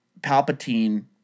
Palpatine